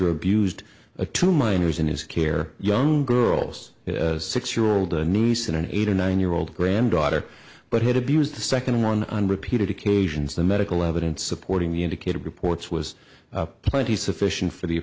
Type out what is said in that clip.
or abused a two minors in his care young girls six year old niece and an eight or nine year old granddaughter but had abused the second one on repeated occasions the medical evidence supporting the indicated reports was plenty sufficient for the